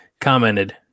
Commented